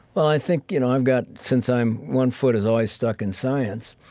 well, i think, you know i've got since i'm one foot is always stuck in science,